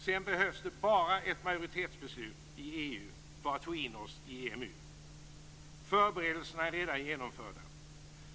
Sedan behövs det bara ett majoritetsbeslut i EU för att få in oss i EMU. Förberedelserna är redan genomförda.